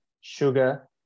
sugar